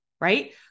right